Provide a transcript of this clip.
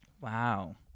Wow